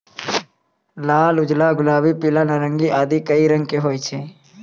लाल, उजला, गुलाबी, पीला, नारंगी आदि कई रंग के होय छै